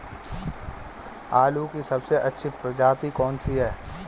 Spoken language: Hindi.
आलू की सबसे अच्छी प्रजाति कौन सी है?